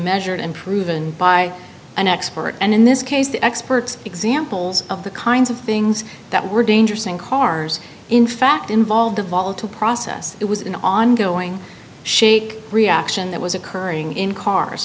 measured and proven by an expert and in this case the experts examples of the kinds of things that were dangerous in cars in fact involved a volatile process it was an ongoing shake reaction that was occurring in cars